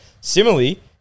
Similarly